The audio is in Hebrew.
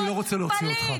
אני לא רוצה להוציא אותך.